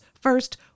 First